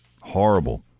horrible